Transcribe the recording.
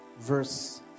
Verse